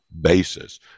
basis